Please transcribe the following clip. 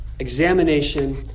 Examination